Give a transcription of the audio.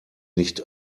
nicht